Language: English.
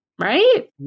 Right